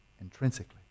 intrinsically